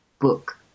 book